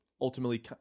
ultimately